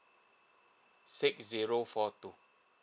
six zero four two